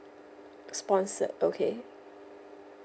sponsored okay